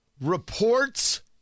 Reports